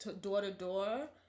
door-to-door